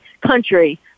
country